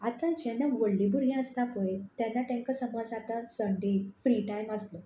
आतां जेन्ना व्हडलीं भुरगीं आसता पळय तेन्ना तांकां समज आतां संडे फ्री टायम आसलो